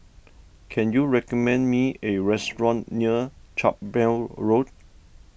can you recommend me a restaurant near Carpmael Road